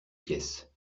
pièces